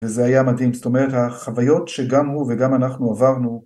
‫וזה היה מדהים. זאת אומרת, ‫החוויות שגם הוא וגם אנחנו עברנו...